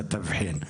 את התבחין,